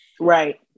right